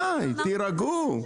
די, תירגעו.